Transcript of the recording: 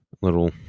little